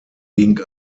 ging